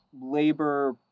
labor